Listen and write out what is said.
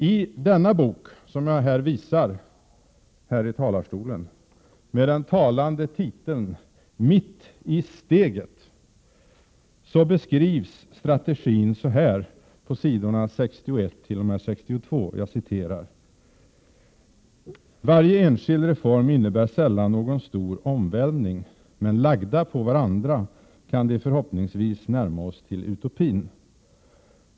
I denna bok med den talande titeln ”Mitt i steget” beskrivs strategin så här på s. 61-62: ”Varje enskild reform innebär sällan någon stor omvälvning, men lagda på varandra kan de förhoppningsvis närma oss till utopin.